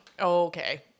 Okay